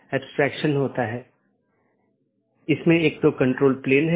इन protocol के उदाहरण OSPF हैं और RIP जिनमे मुख्य रूप से इस्तेमाल किया जाने वाला प्रोटोकॉल OSPF है